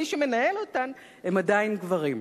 מי שמנהל אותן הם עדיין גברים.